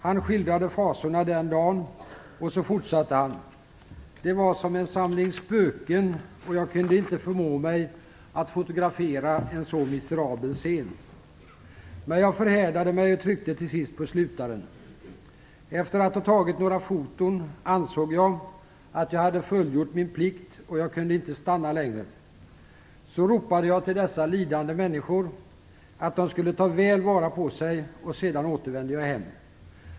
Han skildrade fasorna den dagen, och så fortsatte han: Det var som en samling spöken och jag kunde inte förmå mig att fotografera en så miserabel scen. Men jag förhärdade mig och tryckte till sist på slutaren. Efter att ha tagit några foton ansåg jag att jag hade fullgjort min plikt och jag kunde inte stanna längre. Så ropade jag till dessa lidande människor att de skulle ta väl vara på sig och sedan återvände jag hem.